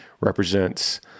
represents